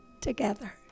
together